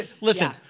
Listen